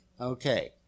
Okay